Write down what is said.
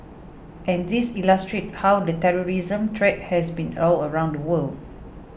and these illustrate how the terrorism threat has been all around the world